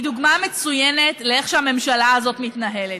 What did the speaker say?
היא דוגמה מצוינת לאיך שהממשלה הזאת מתנהלת.